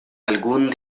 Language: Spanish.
algún